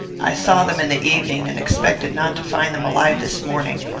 i saw them in the evening, and expected not to find them alive this morning.